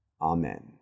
amen